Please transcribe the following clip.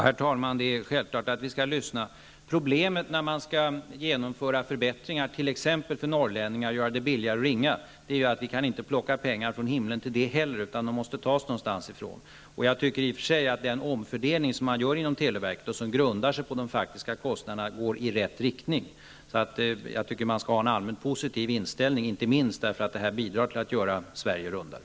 Herr talman! Det är självklart att vi skall lyssna på pensionärsorganisationerna. Problemet när man skall genomföra förbättringar för norrlänningar -- t.ex. göra det billigare att ringa -- är ju att vi inte heller för det ändamålet kan plocka pengar från himlen. Pengarna måste tas någonstans ifrån. I och för sig går den omfördelning som man gör inom televerket och som grundar sig på de faktiska kostnaderna i rätt riktning. Man bör ha en allmän positiv inställning, inte minst för att detta bidrar till att göra Sverige rundare.